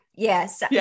Yes